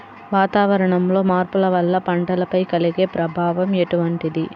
వాతావరణంలో మార్పుల వల్ల పంటలపై కలిగే ప్రభావం ఎటువంటిది?